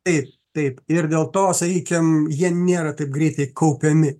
taip taip ir dėl to sakykim jie nėra taip greitai kaupiami